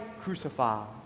crucified